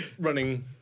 running